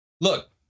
look